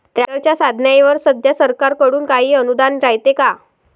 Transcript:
ट्रॅक्टरच्या साधनाईवर सध्या सरकार कडून काही अनुदान रायते का?